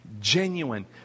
genuine